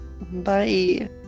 Bye